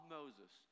Moses